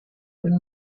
del